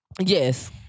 Yes